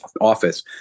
office